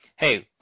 Hey